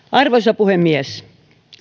arvoisa puhemies